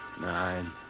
Nine